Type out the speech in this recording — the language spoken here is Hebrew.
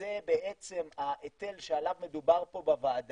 שזה בעצם ההיטל שעליו מדובר פה בוועדה,